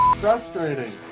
frustrating